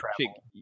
travel